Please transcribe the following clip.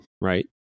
right